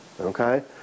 Okay